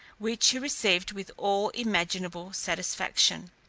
which he received with all imaginable satisfaction.